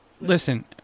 listen